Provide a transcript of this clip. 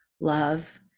love